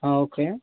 okay